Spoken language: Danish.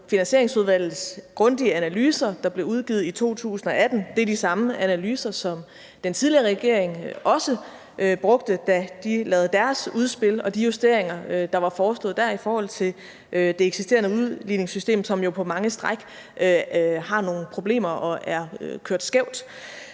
Finansieringsudvalgets grundige analyser, der blev udgivet i 2018. Det er de samme analyser, som den tidligere regering også brugte, da de lavede deres udspil, og de justeringer, der var foreslået dér i forhold til det eksisterende udligningssystem, som jo på mange stræk har nogle problemer og er kørt skævt.